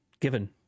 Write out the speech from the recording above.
given